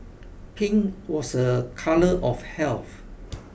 pink was a colour of health